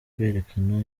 kwerekana